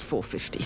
450